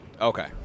Okay